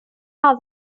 how